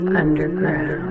underground